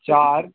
चार